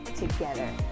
together